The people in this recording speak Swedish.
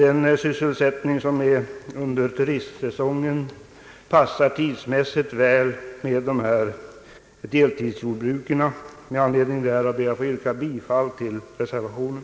En sysselsättning under turistsäsongen passar tidsmässigt väl samman med arbete i deltidsjordbruk. Med anledning därav ber jag att få yrka bifall till reservationen.